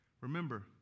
Remember